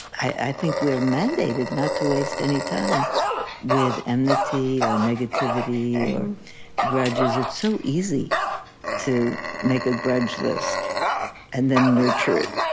i think, we are mandated not to waste any time with enmity or negativity or grudges. it's so easy to make a grudge list and then nurture it.